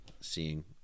seeing